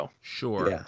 sure